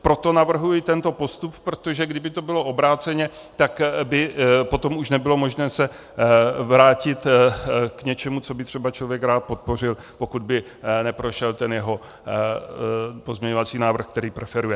Proto navrhuji tento postup, protože kdyby to bylo obráceně, tak by potom už nebylo možné se vrátit k něčemu, co by třeba člověk rád podpořil, pokud by neprošel jeho pozměňovací návrh, který preferuje.